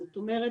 זאת אומרת,